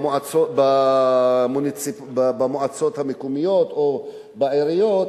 במועצות המקומיות או בעיריות,